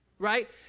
right